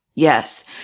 Yes